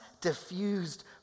diffused